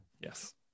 Yes